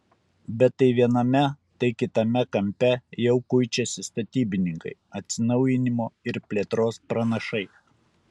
bet tai viename tai kitame kampe jau kuičiasi statybininkai atsinaujinimo ir plėtros pranašai